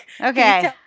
Okay